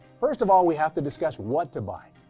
first of all, we have to discuss what to buy.